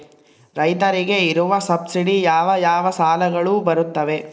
ರೈತರಿಗೆ ಇರುವ ಸಬ್ಸಿಡಿ ಯಾವ ಯಾವ ಸಾಲಗಳು ಬರುತ್ತವೆ?